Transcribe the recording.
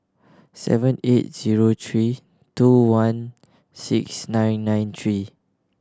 seven eight zero three two one six nine nine three